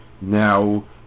Now